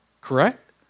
correct